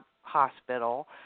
hospital